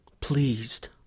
pleased